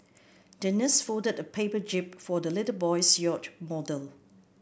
the nurse folded a paper jib for the little boy's yacht model